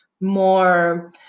more